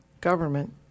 government